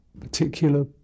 particular